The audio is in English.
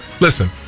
listen